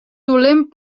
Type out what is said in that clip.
dolent